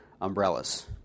umbrellas